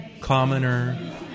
commoner